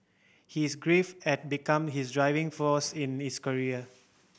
his grief had become his driving force in his career